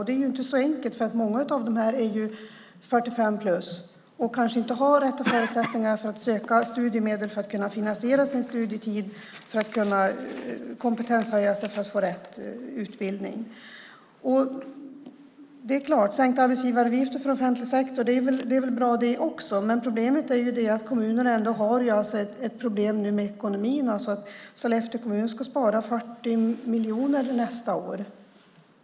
Det är inte så enkelt, för många av dem är över 45 år och har kanske inte de rätta förutsättningarna för att söka studiemedel för att finansiera sin studietid och för att kunna kompetenshöja sig och få rätt utbildning. Sänkta arbetsgivaravgifter för offentlig sektor är väl bra det också, men problemet är att kommunerna ändå har ett problem med ekonomin. Sollefteå kommun ska spara 40 miljoner nästa år.